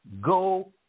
go